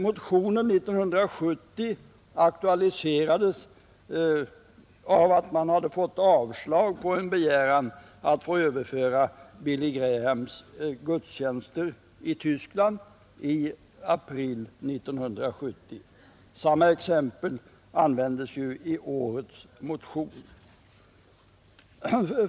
Motionen 1970 aktualiserades av att man fått avslag på en begäran att få överföra Billy Grahams gudstjänster i Tyskland i april 1970. Samma exempel anföres i årets motion.